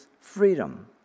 freedom